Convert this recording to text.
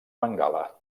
bengala